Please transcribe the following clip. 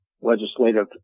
Legislative